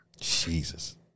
Jesus